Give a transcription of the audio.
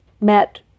met